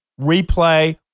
replay